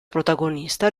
protagonista